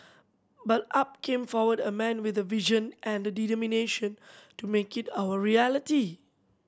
but up came forward a man with a vision and the determination to make it our reality